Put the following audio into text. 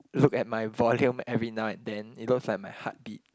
look at my volume every now and then it looks like my heartbeat